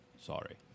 Sorry